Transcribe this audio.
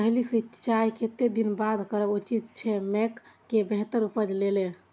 पहिल सिंचाई कतेक दिन बाद करब उचित छे मके के बेहतर उपज लेल?